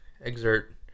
exert